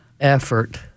effort